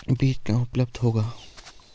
बीज कहाँ उपलब्ध होगा?